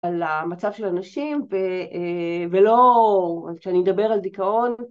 על המצב של הנשים ולא כשאני אדבר על דיכאון